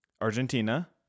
Argentina